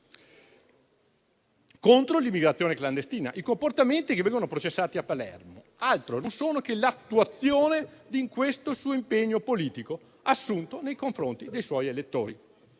contro l'immigrazione clandestina. I comportamenti che vengono processati a Palermo altro non sono che l'attuazione di questo suo impegno politico assunto nei confronti dei suoi elettori.